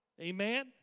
Amen